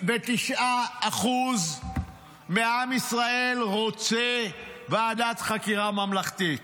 79% מעם ישראל רוצה ועדת חקירה ממלכתית.